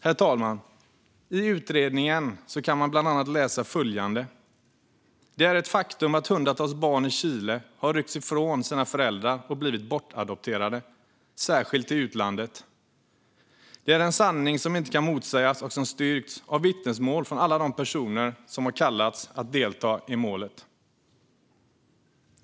Herr talman! I utredningen kan man bland annat läsa följande: Det är ett faktum att hundratals barn i Chile har ryckts från sina föräldrar och blivit bortadopterade, särskilt till utlandet. Det är en sanning som inte kan motsägas och som styrkts av vittnesmål från alla de personer som kallats att delta i målet.